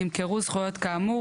נמכרו זכויות כאמור,